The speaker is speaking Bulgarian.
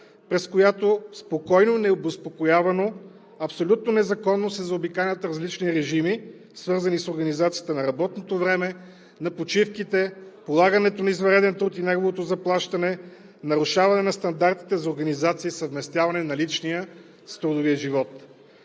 през която спокойно, необезпокоявано, абсолютно незаконно се заобикалят различни режими, свързани с организацията на работното време, на почивките, полагането на извънреден труд и неговото заплащане, нарушаване на стандартите за организация и съвместяване на личния с трудовия живот.